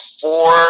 four